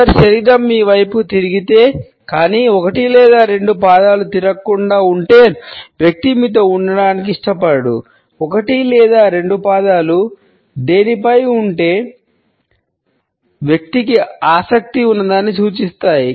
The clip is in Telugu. ఒకరి శరీరం మీ వైపుకు తిరిగితే కానీ ఒకటి లేదా రెండు పాదాలు తిరగకుండా ఉంటే వ్యక్తి మీతో ఉండటానికి ఇష్టపడడు ఒకటి లేదా రెండు పాదాలు దేనివై పైన ఉంటే వ్యక్తికి ఆసక్తి ఉన్నదానిని సూచిస్తాయి